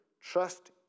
Trust